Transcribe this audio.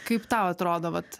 kaip tau atrodo vat